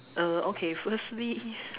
err okay firstly